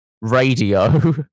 radio